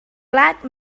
plat